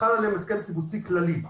חלק עליהם הסכם קיבוצי כללי.